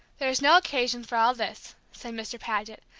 there is no occasion for all this, said mr. paget,